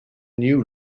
new